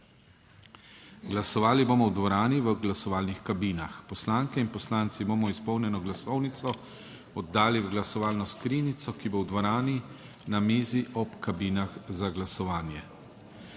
Glasovali bomo v dvorani v glasovalnih kabinah. Poslanke in poslanci bomo izpolnjeno glasovnico oddali v glasovalno skrinjico, ki bo v dvorani na mizi ob kabinah za glasovanje.